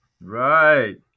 Right